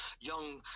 young